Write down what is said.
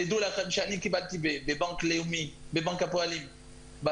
תדעו לכם שאני בסוף קיבלתי בבנק הפועלים הלוואה